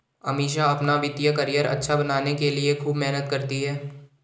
अमीषा अपना वित्तीय करियर अच्छा बनाने के लिए खूब मेहनत करती है